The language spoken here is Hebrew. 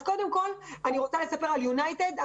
קודם כל, אני רוצה לספר על יונייטד.